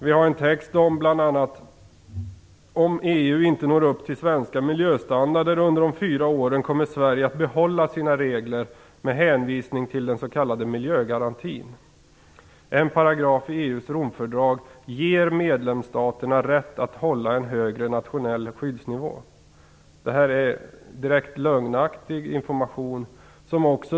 I texten står det: Om EU inte når upp till svenska miljöstandarder under de fyra åren kommer Sverige att behålla sina regler med hänvisning till den s.k. miljögarantin. En paragraf i EU:s Romfördrag ger medlemsstaterna rätt att hålla en högre nationell skyddsnivå. Detta är direkt lögnaktig information.